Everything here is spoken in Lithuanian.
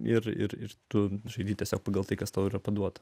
ir ir ir tu žaidi tiesiog pagal tai kas tau yra paduoti